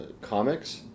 comics